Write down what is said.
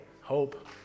hope